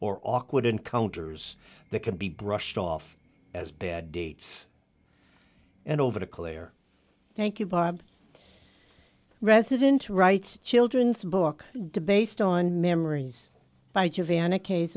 or awkward encounters that can be brushed off as bad dates and over to clare thank you barbara resident writes children's book the based on memories by jovana case